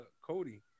Cody